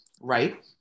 right